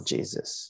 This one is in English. Jesus